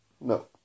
no